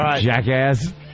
jackass